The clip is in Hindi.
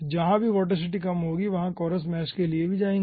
और जहाँ भी वोर्टिसिटी कम होगी हम कोरस मैश के लिए जाएंगे